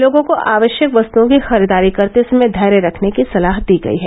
लोगों को आवश्यक वस्तुओं की खरीददारी करते समय धैर्य रखने की सलाह दी गयी है